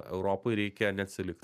europai reikia neatsilikt